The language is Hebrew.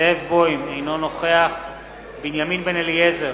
זאב בוים, אינו נוכח בנימין בן-אליעזר,